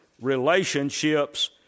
relationships